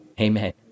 Amen